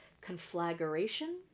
conflagration